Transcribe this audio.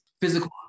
physical